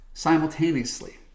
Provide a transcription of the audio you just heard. Simultaneously